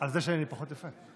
על זה שאני פחות יפה.